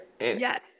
Yes